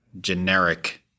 generic